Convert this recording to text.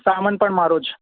સામાન પણ મારો જ